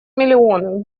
миллионов